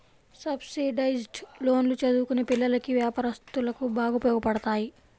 subsidised లోన్లు చదువుకునే పిల్లలకి, వ్యాపారస్తులకు బాగా ఉపయోగపడతాయి